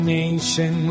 nation